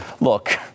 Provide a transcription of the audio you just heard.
Look